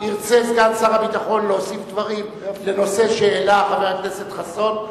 ירצה סגן שר הביטחון להוסיף דברים לנושא שהעלה חבר הכנסת חסון,